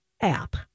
app